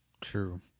True